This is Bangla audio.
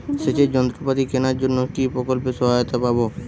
সেচের যন্ত্রপাতি কেনার জন্য কি প্রকল্পে সহায়তা পাব?